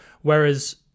Whereas